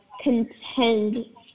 contend